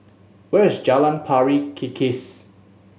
where is Jalan Pari Kikis